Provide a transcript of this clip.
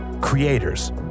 creators